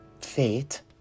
fate